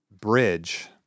bridge